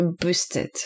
boosted